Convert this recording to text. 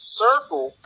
circle